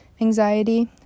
anxiety